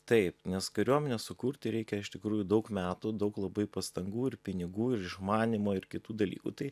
taip nes kariuomenę sukurt tai reikia iš tikrųjų daug metų daug labai pastangų ir pinigų ir išmanymo ir kitų dalykų tai